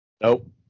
Nope